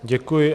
Děkuji.